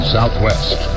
Southwest